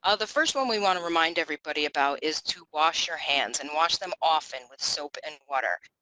ah the first one we want to remind everybody about is to wash your hands and wash them often with soap and water.